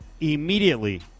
immediately